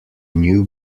new